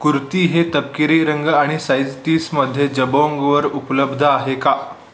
कुर्ती हे तपकिरी रंग आणि साईज तीसमध्ये जबाँगवर उपलब्ध आहे का